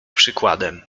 przykładem